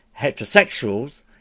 Heterosexuals